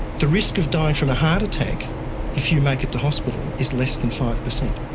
the risk of dying from a heart attack if you make it to hospital is less than five percent.